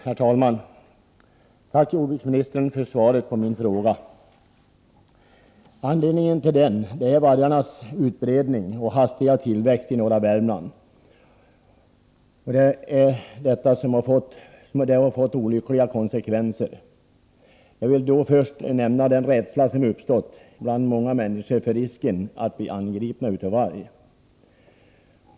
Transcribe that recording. Herr talman! Tack, jordbruksministern, för svaret på min fråga! Anledningen till min fråga är vargarnas utbredning och hastiga tillväxt i norra Värmland, vilket har fått olyckliga konsekvenser. Jag vill först nämna den rädsla som uppstått bland många människor för risken att bli angripen av varg.